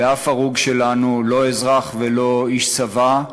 באף הרוג שלנו, לא אזרח ולא איש צבא,